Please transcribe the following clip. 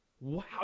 Wow